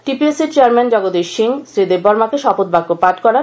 TPSC র chairman Jagadish Singh Shri দেব্বর্মাকে শপথ বাক্য পাঠ করান